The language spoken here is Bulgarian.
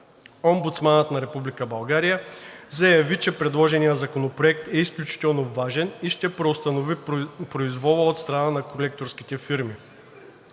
Омбудсманът на Република България заяви, че предложеният законопроект е изключително важен и ще преустанови произвола от страна на колекторските фирми.